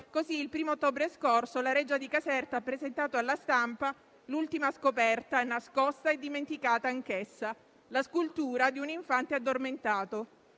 Così, il 1° ottobre scorso, la Reggia di Caserta ha presentato alla stampa l'ultima scoperta, nascosta e dimenticata anch'essa: la scultura di un infante addormentato.